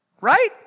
Right